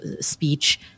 speech